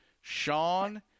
Sean